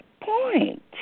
point